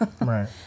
Right